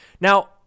Now